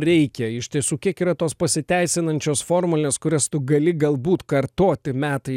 reikia iš tiesų kiek yra tos pasiteisinančios formulės kurias tu gali galbūt kartoti metai